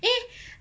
eh